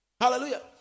Hallelujah